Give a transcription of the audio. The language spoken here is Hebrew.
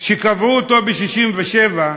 שקבעו אותו ב-1967,